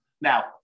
Now